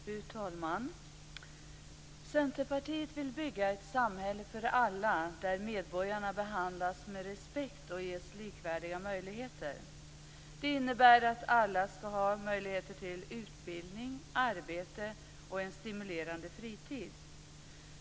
Fru talman! Centerpartiet vill bygga ett samhälle för alla, där medborgarna behandlas med respekt och ges likvärdiga möjligheter. Det innebär att alla skall ha möjligheter till utbildning, arbete och en stimulerande fritid.